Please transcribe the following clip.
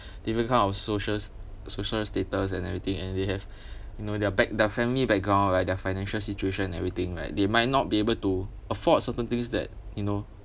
different kind of social social status and everything and they have you know their back the family background right their financial situation everything right they might not be able to afford certain things that you know